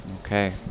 Okay